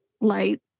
light